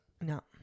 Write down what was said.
No